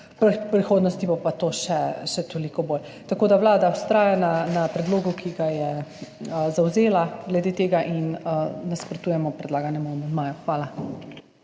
v prihodnosti bo pa to še toliko bolj, tako da vlada vztraja pri predlogu, ki ga je zavzela glede tega, in nasprotujemo predlaganemu amandmaju. Hvala.